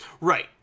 right